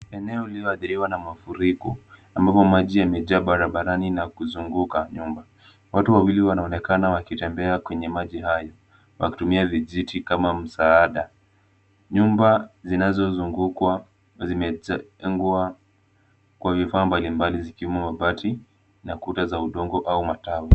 Eneo lililoathiriwa na mafuriko, ambapo maji yamejaa barabarani na kuzunguka nyumba. Watu wawili wanaonekana wakitembea kwenye maji hayo wakitumia vijiti kama msaada. Nyumba zinazozungukwa zimejengwa kwa vifaa mbalimbali, zikiwemo mabati na kuta za udongo au matawi.